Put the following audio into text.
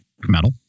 metal